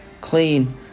clean